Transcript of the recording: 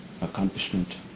accomplishment